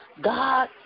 God